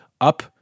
up